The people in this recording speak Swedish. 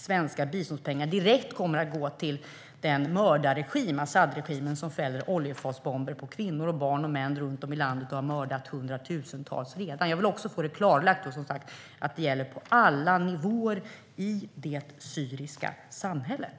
Svenska biståndspengar ska inte gå direkt till mördarregimen, Asadregimen, som fäller oljefatsbomber på kvinnor, barn och män runt om i landet och som redan har mördat hundratusentals. Jag vill som sagt få det klarlagt att det gäller på alla nivåer i det syriska samhället.